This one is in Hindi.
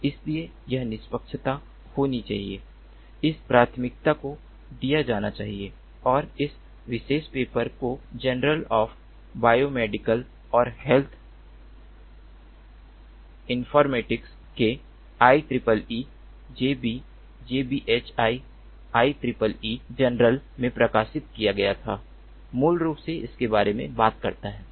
इसलिए यह निष्पक्षता होनी चाहिए उस प्राथमिकता को दिया जाना चाहिए और यह विशेष पेपर जो कि journal of biomedical and health informatics के IEEE JB JBHI IEEE journal में प्रकाशित किया गया था मूल रूप से इसके बारे में बात करता है